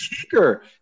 kicker